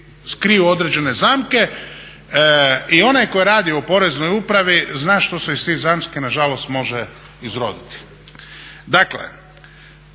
skriju određene zamke. I onaj tko je radio u poreznoj upravi zna što se tih zamki nažalost može izroditi.